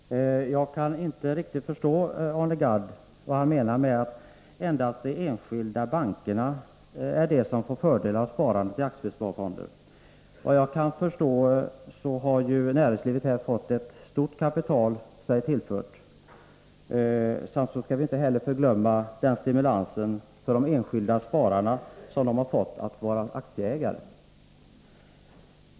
Herr talman! Jag kan inte riktigt förstå vad Arne Gadd menar med att endast de enskilda bankerna har fördel av sparandet i aktiesparfonder. Såvitt jag vet har näringslivet fått sig tillfört ett stort kapital genom detta sparande. Vi skall inte heller förglömma den stimulans som det har inneburit för de enskilda spararna att få vara aktieägare.